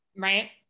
right